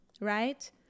right